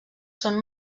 són